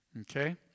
Okay